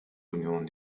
union